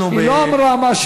היא לא אמרה משהו,